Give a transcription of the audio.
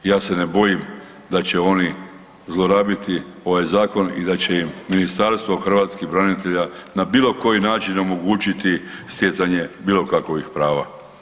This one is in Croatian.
Ja se ne bojim da će oni zlorabiti ovaj zakon i da će im Ministarstvo hrvatskih branitelja na bilo koji način omogućiti stjecanje bilo kakovih prava.